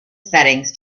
settings